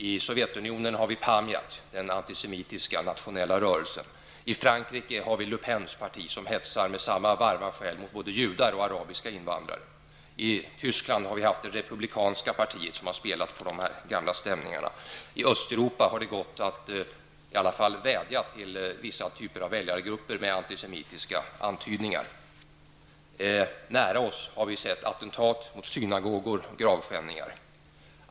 I Sovjetunionen finns Panjat, den antisemitiske nationella rörelsen. I Frankrike Le Pens parti som hetsar med samma varma själ mot både judar och arabiska invandrare. I Tyskland har det republikanska partiet spelat på de gamla stämningarna. I Östeuropa har det gått att vädja till vissa typer av väljargrupper med antisemitiska antydningar. Nära oss har vi sett attentat mot synagoger och gravskändningar.